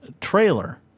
trailer